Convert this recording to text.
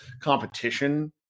competition